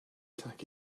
tack